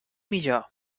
millor